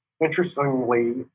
Interestingly